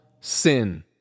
sin